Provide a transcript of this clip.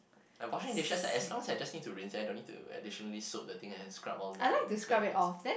washing dishes as long as I just need to rinse then I don't need to additionally soak the thing and then scrub all the dirt bits